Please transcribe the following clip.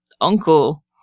uncle